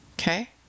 Okay